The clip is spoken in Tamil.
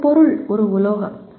ஒரு பொருள் ஒரு உலோகம்